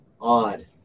odd